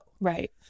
right